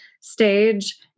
stage